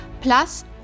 plus